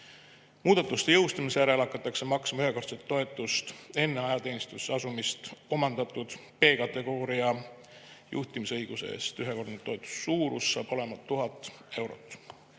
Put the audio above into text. Muudatuste jõustumise järel hakatakse maksma ühekordset toetust enne ajateenistusse asumist omandatud B‑kategooria juhtimisõiguse eest. Ühekordne toetuse suurus hakkab olema 1000 eurot.